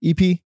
EP